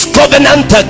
covenant